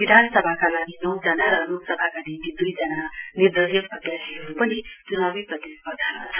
विधानसभाका लागि नौ जना र लोकसभाका निम्ति दुईजना निर्दलीय प्रत्याशीहरु पनि चुनावी प्रतिस्पर्धामा छन्